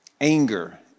Anger